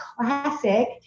classic